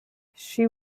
she